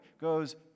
goes